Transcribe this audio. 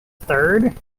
third